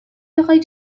بخوای